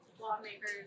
lawmakers